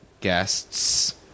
guests